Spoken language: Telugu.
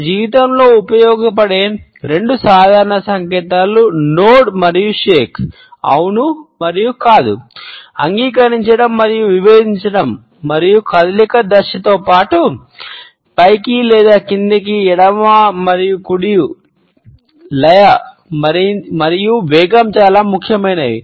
మన జీవితంలో ఉపయోగించే రెండు సాధారణ సంకేతాలు నోడ్ మరియు షేక్ అవును మరియు కాదు అంగీకరించడం మరియు విభేదించడం మరియు కదలిక దిశతో పాటు పైకి క్రిందికి లేదా ఎడమ మరియు కుడి లయ మరియు వేగం కూడా చాలా ముఖ్యమైనవి